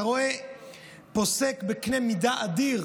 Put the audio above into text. אתה רואה פוסק בקנה מידה אדיר,